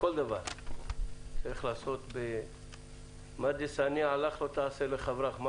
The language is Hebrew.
צריך לנהוג באופן שמה ששנוא עליך, אל